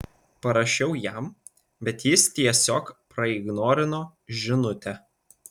parašiau jam bet jis tiesiog praignorino žinutę